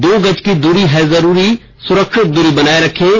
दो गज की दूरी है जरूरी सुरक्षित दूरी बनाए रखें